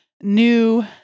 new